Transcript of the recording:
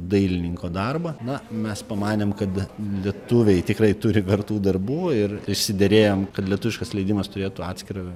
dailininko darbą na mes pamanėm kad lietuviai tikrai turi vertų darbų ir išsiderėjom kad lietuviškas leidimas turėtų atskirą